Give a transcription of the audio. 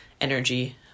energy